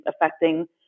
affecting